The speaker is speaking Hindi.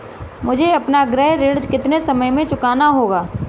मुझे अपना गृह ऋण कितने समय में चुकाना होगा?